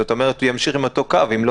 זאת אומרת שהוא ימשיך עם אותו קו אם לא